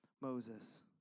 Moses